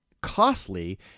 costly